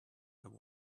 there